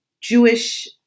Jewish